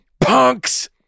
punks